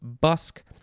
busk